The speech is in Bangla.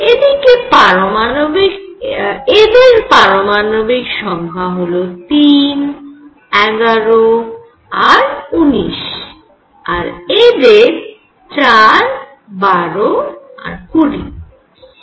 এদের পারমাণবিক সংখ্যা হল 3 11 আর 19 আর এদের 4 12 আর 20